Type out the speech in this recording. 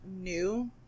new